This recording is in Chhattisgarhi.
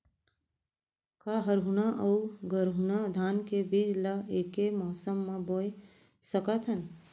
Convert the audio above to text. का हरहुना अऊ गरहुना धान के बीज ला ऐके मौसम मा बोए सकथन?